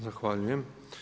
Zahvaljujem.